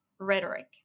rhetoric